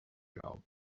job